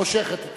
מושכת.